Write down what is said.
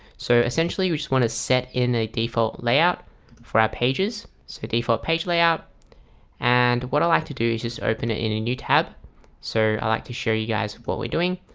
so essentially you just want to set in a default layout for our pages so default page layout and what i like to do is just open it in a new tab so i like to show you guys with what we're doing.